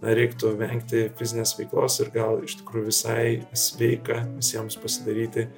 reiktų vengti fizinės veiklos ir gal iš tikrųjų visai sveika visiems pasidaryti